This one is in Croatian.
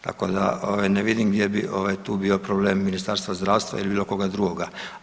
Tako da ne vidim gdje bi tu bio problem Ministarstva zdravstva ili bilo koga drugoga.